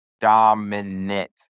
dominant